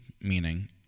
meaning